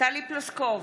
טלי פלוסקוב,